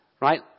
right